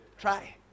Try